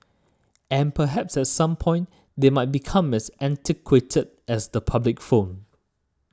and perhaps at some point they might become as antiquated as the public phone